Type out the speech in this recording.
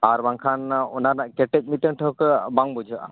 ᱟᱨ ᱵᱟᱝᱠᱷᱟᱱ ᱚᱱᱟ ᱨᱮᱱᱟᱜ ᱠᱮᱴᱮᱡ ᱢᱤᱫᱴᱮᱱ ᱴᱷᱟᱹᱣᱠᱟᱹ ᱵᱟᱝ ᱵᱩᱡᱷᱟᱹᱜᱼᱟ